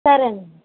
సరే